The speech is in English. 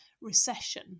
recession